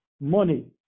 Money